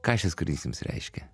ką šis kūrinys jums reiškia